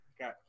Okay